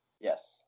Yes